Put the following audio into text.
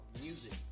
music